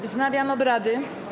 Wznawiam obrady.